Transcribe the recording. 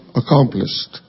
accomplished